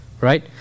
right